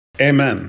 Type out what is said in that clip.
Amen